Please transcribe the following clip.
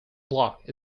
block